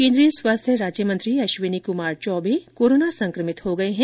केन्द्रीय स्वास्थ्य राज्य मंत्री अश्विनी कुमार चौबे कोरोना संक्रमित हो गए हैं